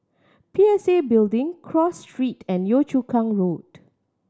P S A Building Cross Street and Yio Chu Kang Road